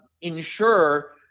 ensure